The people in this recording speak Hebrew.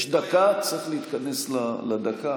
יש דקה, צריך להתכנס לדקה.